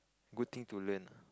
good thing to learn lah